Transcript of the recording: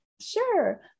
Sure